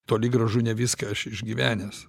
toli gražu ne viską aš išgyvenęs